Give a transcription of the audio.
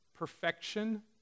Perfection